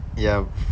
ya